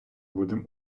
будемо